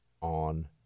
on